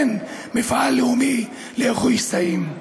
כן, מפעל לאומי לאיחוי שסעים.